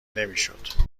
نمیشد